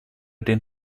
den